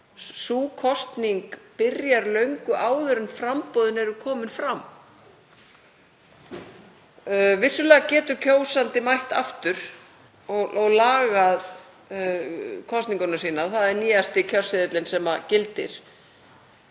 sú kosning byrjar löngu áður en framboðinu eru komin fram. Vissulega getur kjósandi mætt aftur og lagað atkvæði sitt, það er nýjasti kjörseðillinn sem gildir.